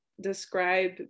describe